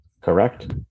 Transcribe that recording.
Correct